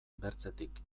bertzetik